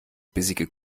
bissige